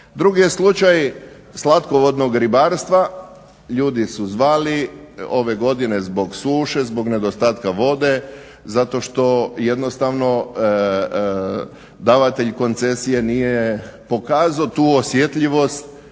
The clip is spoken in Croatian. Drugi je slučaj slatkovodnog ribarstva. Ljudi su zvali ove godine zbog suše, zbog nedostatka vode zato što jednostavno davatelj koncesije nije pokaza tu osjetljivost